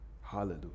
Hallelujah